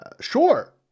Sure